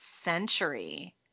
century